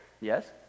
Yes